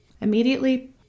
Immediately